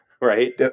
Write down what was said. right